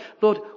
Lord